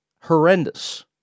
horrendous